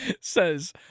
says